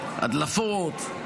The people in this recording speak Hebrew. בהדלפות,